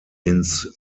ins